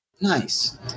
nice